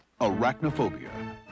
Arachnophobia